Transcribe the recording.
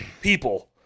People